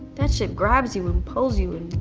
that shit grabs you and pulls you